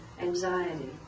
anxiety